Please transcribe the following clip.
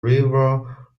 river